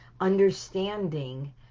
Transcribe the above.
understanding